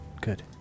Good